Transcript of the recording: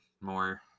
more